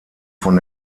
von